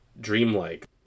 dreamlike